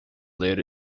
ler